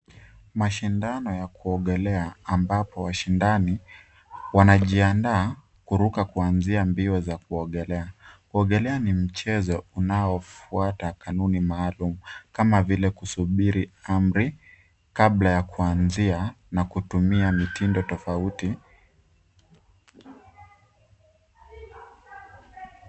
Mashindano ya kuogelea ambapo washindani wanajiandaa kuruka kuanzia mbio za kuogelea. Kuogelea ni mchezo unaofuata kanuni maalum kama vile kusubiri amri kabla ya kuanzia na kutumia mitindo tofauti.